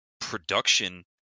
production